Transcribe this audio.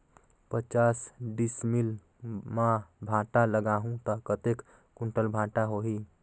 पचास डिसमिल मां भांटा लगाहूं ता कतेक कुंटल भांटा होही?